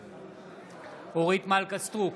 בעד אורית מלכה סטרוק,